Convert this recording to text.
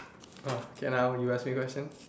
okay now you ask me questions